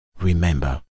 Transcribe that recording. Remember